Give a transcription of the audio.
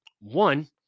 One